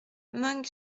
meung